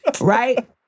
Right